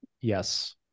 Yes